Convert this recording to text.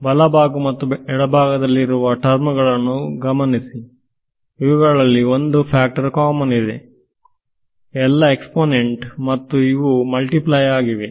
ಬಲಭಾಗ ಮತ್ತು ಎಡಭಾಗದಲ್ಲಿರುವ ಟರ್ಮ್ ಗಳನ್ನು ಗಮನಿಸಿ ಇವುಗಳಲ್ಲಿ ಒಂದು ಫ್ಯಾಕ್ಟರ್ ಕಾಮನ್ ಇದೆ ಅದು ಎಲ್ಲಾ ಎಕ್ಸ್ಪೋನೆಂಟ್ಮತ್ತು ಇವು ಮಲ್ಟಿಪ್ಲೆ ಆಗಿವೆ